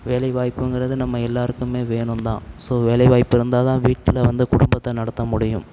வேலைவாய்ப்புங்கிறது நம்ம எல்லோருக்குமே வேணும்தான் ஸோ வேலைவாய்ப்பு இருந்தால்தான் வீட்டில் வந்து குடும்பத்தை நடத்த முடியும்